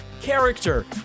Character